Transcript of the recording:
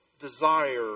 desire